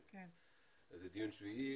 זה דיון שביעי.